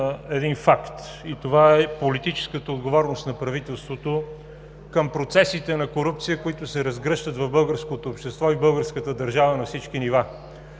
един факт – това е политическата отговорност на правителството към процесите на корупция, които се разгръщат в българското общество и българската държава на всички нива.